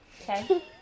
okay